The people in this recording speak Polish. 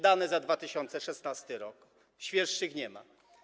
Dane za 2016 r., świeższych nie ma.